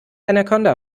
anaconda